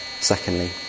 secondly